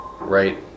Right